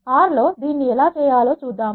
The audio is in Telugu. R లో దీన్ని ఎలా చేయాలో చూద్దాం